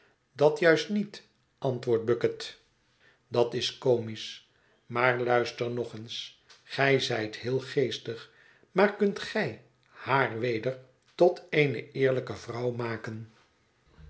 dat juist niet antwoordt bucket dat is comisch maar luister nog eens gij zijt heel geestig maar kunt gij haar weder tot eene eerlijke vrouw maken